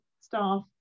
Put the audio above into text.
staff